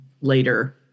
later